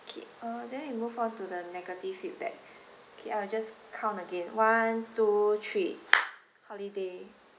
okay uh then we move on to the negative feedback okay I will just count again one two three holiday